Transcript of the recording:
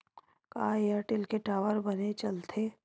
का एयरटेल के टावर बने चलथे?